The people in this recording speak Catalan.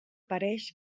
pareix